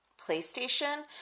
PlayStation